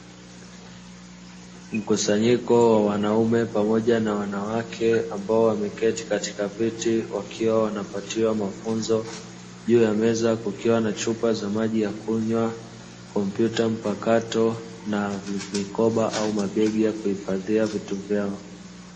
Mkusanyiko wa wanaume pamoja na wanawake, ambao wameketi katika viti wakiwa wanapatiwa mafunzo. Juu ya meza kukiwa na chupa za maji ya kunywa, kompyuta mpakato na mikoba au mabegi ya kuhifadhia vitu vyao.